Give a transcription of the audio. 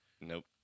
Nope